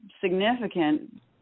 significant